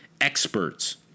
experts